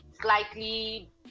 slightly